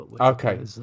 Okay